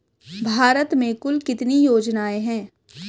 भारत में कुल कितनी योजनाएं हैं?